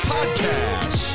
Podcast